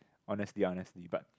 honestly honestly but